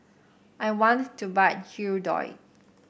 I want to buy Hirudoid